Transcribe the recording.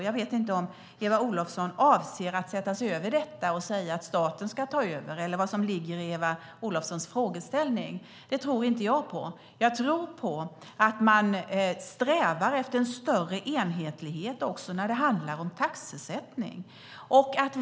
Jag vet inte om Eva Olofsson avser att sätta sig över det och säga att staten ska ta över eller vad som ligger i Eva Olofssons frågeställning. Det tror inte jag på. Jag tror på att man strävar efter en större enhetlighet också när det gäller taxesättning.